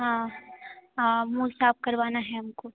हाँ हाँ मुँह साफ़ करवाना है हम को